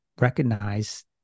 recognize